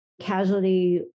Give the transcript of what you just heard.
casualty